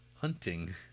hunting